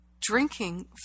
drinking